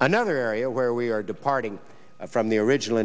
another area where we are departing from the original